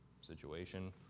situation